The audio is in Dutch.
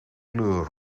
kleur